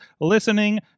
listening